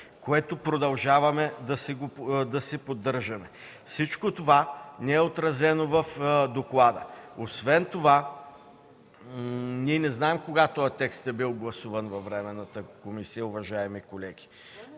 което продължаваме да си поддържаме. Всичко това не е отразено в доклада. Освен това ние не знаем кога този текст е бил гласуван във временната комисия, уважаеми колеги,